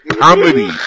comedy